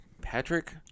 Patrick